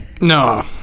No